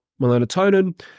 melatonin